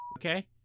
Okay